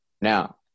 now